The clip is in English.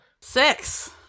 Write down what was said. Six